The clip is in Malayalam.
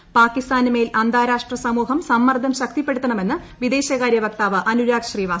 നടപടിയെടുക്കാൻ പാക്കിസ്ഥാന് മേൽ അന്താരാഷ്ട്ര സമൂഹം സമ്മർദ്ദം ശക്തിപ്പെടുത്തണമെന്ന് വിദേശകാര്യ വക്താവ് അനുരാഗ് ുശ്രീവാസ്തവ